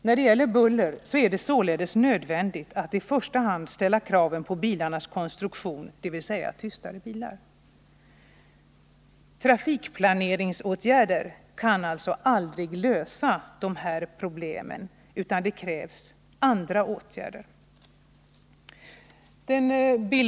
När det gäller buller är det således nödvändigt att i första hand ställa kravet på bilarnas konstruktion, dvs. tystare bilar. Trafikplaneringsåtgärder kan alltså aldrig lösa de här problemen utan det krävs andra åtgärder.